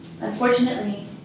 Unfortunately